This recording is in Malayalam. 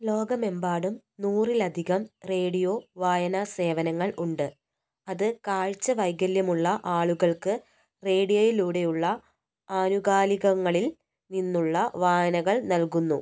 ലോകമെമ്പാടും നൂറിലധികം റേഡിയോ വായനാ സേവനങ്ങൾ ഉണ്ട് അത് കാഴ്ച വൈകല്യമുള്ള ആളുകൾക്ക് റേഡിയോയിലൂടെയുള്ള ആനുകാലികങ്ങളിൽ നിന്നുള്ള വായനകൾ നൽകുന്നു